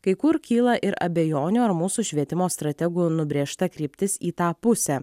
kai kur kyla ir abejonių ar mūsų švietimo strategų nubrėžta kryptis į tą pusę